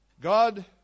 God